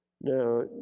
Now